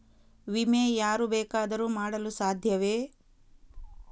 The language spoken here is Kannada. ವಿಮೆ ಯಾರು ಬೇಕಾದರೂ ಮಾಡಲು ಸಾಧ್ಯವೇ?